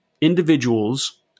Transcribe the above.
individuals